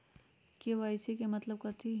KYC के मतलब कथी होई?